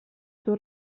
seu